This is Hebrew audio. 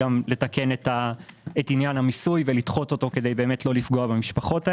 וגם לתקן את עניין המיסוי ולדחות אותו כדי לא לפגוע במשפחות האלה.